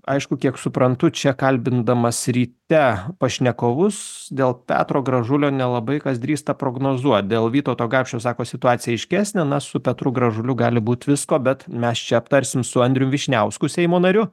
aišku kiek suprantu čia kalbindamas ryte pašnekovus dėl petro gražulio nelabai kas drįsta prognozuot dėl vytauto gapšio sako situacija aiškesnė na su petru gražuliu gali būt visko bet mes čia aptarsim su andrium vyšniausku seimo nariu